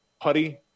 Putty